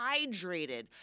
hydrated